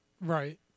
Right